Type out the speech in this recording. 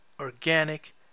organic